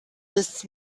this